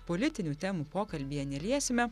politinių temų pokalbyje neliesime